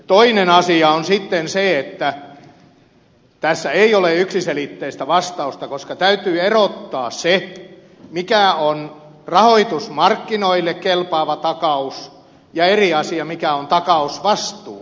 toinen asia on sitten se että tässä ei ole yksiselitteistä vastausta koska täytyy erottaa se mikä on rahoitusmarkkinoille kelpaava takaus ja eri asia mikä on takausvastuu